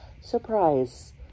surprise